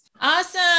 Awesome